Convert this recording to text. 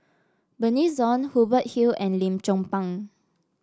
Bernice Ong Hubert Hill and Lim Chong Pang